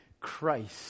Christ